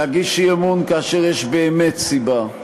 להגיש אי-אמון כאשר יש באמת סיבה.